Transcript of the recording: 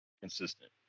Consistent